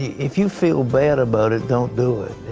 if you feel bad about it, don't do it.